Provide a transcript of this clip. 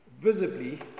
visibly